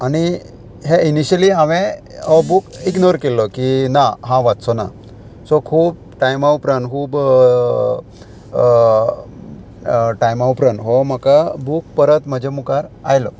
आनी हे इनिशली हांवें हो बूक इग्नोर केल्लो की ना हांव वाचचो ना सो खूब टायमा उपरांत खूब टायमा उपरांत हो म्हाका बूक परत म्हज्या मुखार आयलो